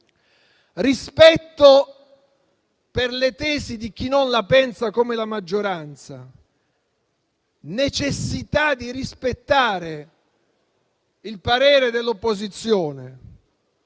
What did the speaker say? rispetto per le tesi di chi non la pensa come la maggioranza, necessità di rispettare il parere dell'opposizione;